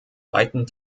weiten